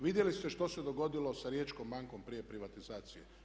Vidjeli ste što se dogodilo sa Riječkom bankom prije privatizacije.